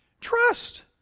Trust